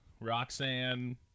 Roxanne